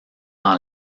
dans